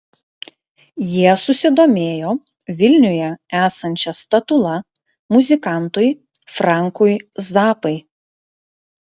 jie susidomėjo vilniuje esančia statula muzikantui frankui zappai